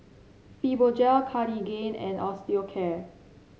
Fibogel Cartigain and Osteocare